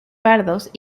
pardos